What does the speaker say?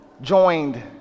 joined